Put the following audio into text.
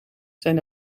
zijn